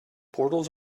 portals